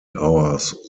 hours